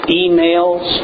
emails